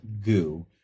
goo